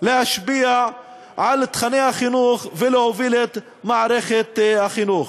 להשפיע על תוכני החינוך ולהוביל את מערכת החינוך.